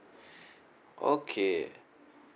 okay